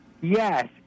Yes